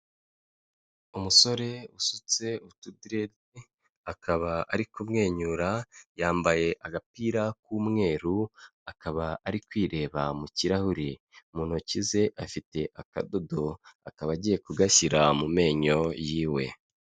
Umusore usutse utudirede, akaba ari kumwenyura, yambaye agapira k'umweru, akaba ari kwireba mu kirahure. Mu ntoki ze afite akadodo, akaba agiye kugashyira mu menyo yiwe.